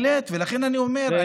ולכן אני אומר,